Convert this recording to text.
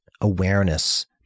awareness